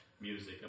music